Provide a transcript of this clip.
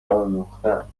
آموختهام